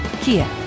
Kia